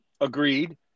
Agreed